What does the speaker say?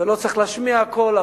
ולא צריך להשמיע הכול.